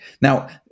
Now